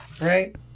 right